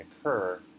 occur